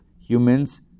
Humans